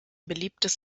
beliebtes